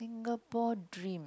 Singapore dream